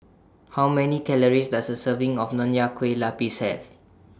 How Many Calories Does A Serving of Nonya Kueh Lapis Have